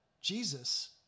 Jesus